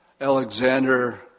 Alexander